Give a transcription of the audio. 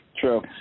True